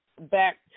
back